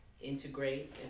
integrate